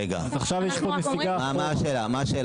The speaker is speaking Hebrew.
רגע, מה, מה השאלה?